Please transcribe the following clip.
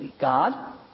God